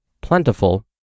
plentiful